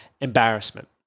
embarrassment